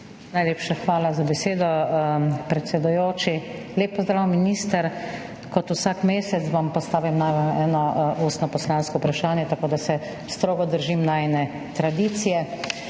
Najlepša hvala za besedo, predsedujoči. Lep pozdrav, minister. Vsak mesec vam postavim najmanj eno ustno poslansko vprašanje, tako da se strogo držim najine tradicije.